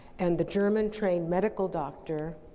and the german trained medical doctor,